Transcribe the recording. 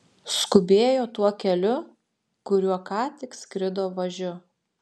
skubėjo tuo keliu kuriuo ką tik skrido važiu